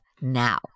now